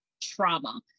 trauma